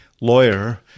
lawyer